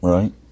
Right